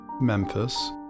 Memphis